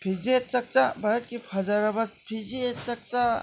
ꯐꯤꯖꯦꯠ ꯆꯥꯛꯆꯥ ꯚꯥꯔꯠꯀꯤ ꯐꯖꯔꯕ ꯐꯤꯖꯦꯠ ꯆꯥꯛꯆꯥ